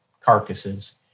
carcasses